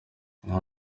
ubu